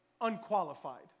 unqualified